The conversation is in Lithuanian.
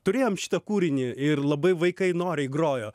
turėjom šitą kūrinį ir labai vaikai noriai grojo